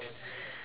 ya